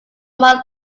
month